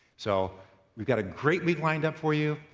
so we've got a great week lined up for you.